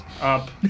up